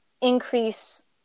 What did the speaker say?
increase